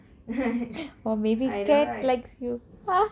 or maybe cat likes you ha